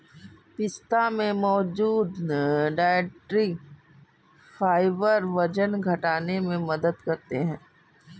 पिस्ता में मौजूद डायट्री फाइबर वजन घटाने में मदद करते है